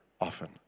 often